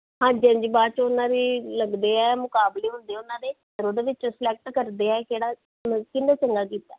ਹਾਂਜੀ ਹਾਂਜੀ ਬਾਅਦ 'ਚ ਉਹਨਾਂ ਵੀ ਲੱਗਦੇ ਹੈ ਮੁਕਾਬਲੇ ਹੁੰਦੇ ਉਹਨਾਂ ਦੇ ਫਿਰ ਉਹਦੇ ਵਿੱਚ ਸਿਲੈਕਟ ਕਰਦੇ ਹੈ ਕਿਹੜਾ ਕਿਹਨੇ ਚੰਗਾ ਕੀਤਾ